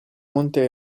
monte